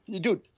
Dude